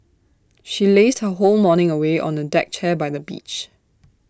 she lazed her whole morning away on the deck chair by the beach